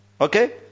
Okay